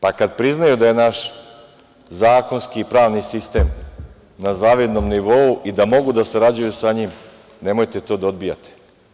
Pa kad priznaju da je naš zakonski i pravni sistem na zavidnom nivou i da mogu da sarađuju sa njim, nemojte to da odbijate.